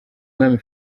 umwami